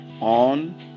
on